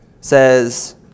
says